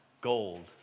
gold